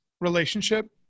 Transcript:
relationship